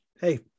Hey